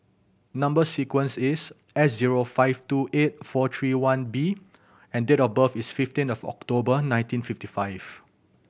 number sequence is S zero five two eight four three one B and date of birth is fifteen of October nineteen fifty five